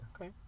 Okay